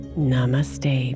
Namaste